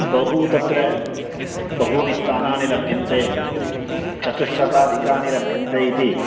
बहु तत्र बहूनि स्थानानि लभ्यन्ते चतुश्शताधिकानि लभ्यन्ते इति